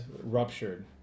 ruptured